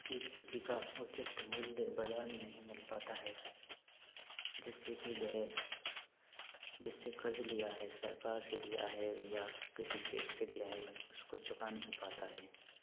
उसकी खेती का उचित मूल्य बाज़ार में नहीं मिल पाता है जिससे कि वह जिससे कर्ज़ लिया है सरकार से लिया है या किसी सेठ से लिया है उसको चुका नहीं पाता है